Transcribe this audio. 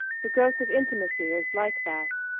the growth of intimacy is like that.